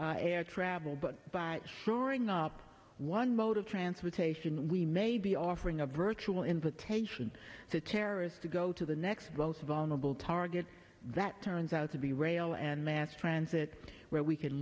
e air travel but by suring up one mode of transportation we may be offering a virtual invitation to terrorists to go to the next most vulnerable target that turns out to be rail and mass transit where we can